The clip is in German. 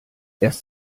erst